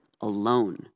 alone